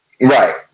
Right